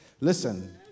Listen